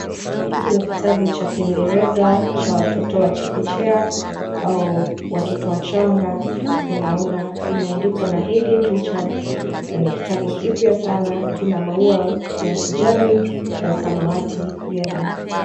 Hiki ni kitabu cha kiingereza cha watoto wa chekechea au watoto wachanga. Hapo naona imeandikwa na Haydn Richards na ni kitabu kipya sana. Kina maua ya kijani na samawati vyema.